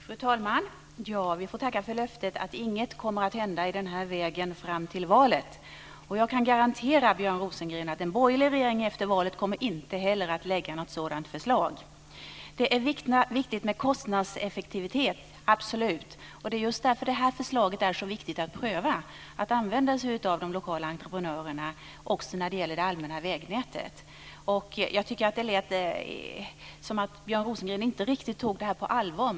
Fru talman! Vi får tacka för löftet att inget i den vägen kommer att hända fram till valet. Jag kan garantera Björn Rosengren att en borgerlig regering inte heller kommer att lägga fram ett sådant förslag efter valet. Det är viktigt med kostnadseffektivitet, absolut. Det är just därför förslaget att använda sig av de lokala entreprenörerna också när det gäller det allmänna vägnätet är så viktigt att pröva. Det lät som om Björn Rosengren inte riktigt tog det på allvar.